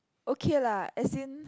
okay lah as in